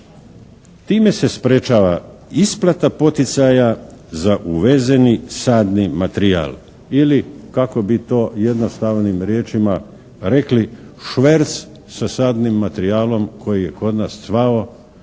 Time se sprječava isplata poticaja za uvezeni sadni materijal ili kako bi to jednostavnim riječima rekli šverc sa sadnim materijalom koji je kod nas cvao,